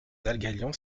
dalgalian